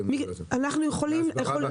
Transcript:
מהסברה?